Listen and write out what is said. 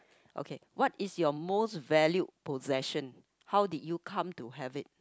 okay what is your most valued possession how did you come to have it